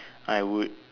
I would